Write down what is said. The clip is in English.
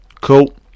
Cool